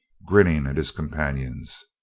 grinning at his companions.